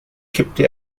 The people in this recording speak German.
kippte